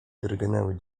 drgnęły